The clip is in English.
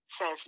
says